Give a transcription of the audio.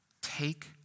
Take